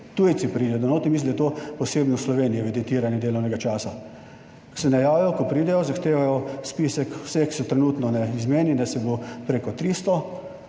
Tujci pridejo not, mislim, da je to posebnost Slovenije, evidentiraje delovnega časa, ko se najavijo, ko pridejo, zahtevajo spisek vseh, ki se trenutno na izmeni, nas je bilo preko 300,